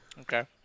Okay